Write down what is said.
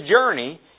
journey